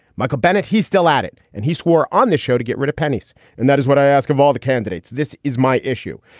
michael bennett, he's still at it. and he swore on the show to get rid of pennies and that is what i ask of all the candidates. this is my issue.